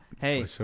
Hey